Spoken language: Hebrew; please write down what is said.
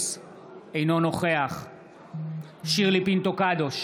אינו נוכח שירלי פינטו קדוש,